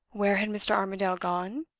where had mr. armadale gone?